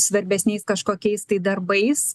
svarbesniais kažkokiais tai darbais